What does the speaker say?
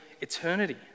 eternity